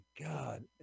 God